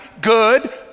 good